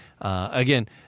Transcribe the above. Again